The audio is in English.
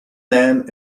man